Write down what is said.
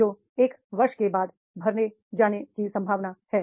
जो एक वर्ष के बाद भरे जाने की संभावना है